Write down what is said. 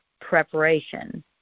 preparation